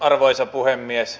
arvoisa puhemies